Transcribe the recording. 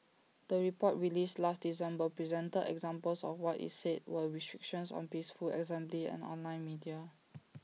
the report released last December presented examples of what IT said were restrictions on peaceful assembly and online media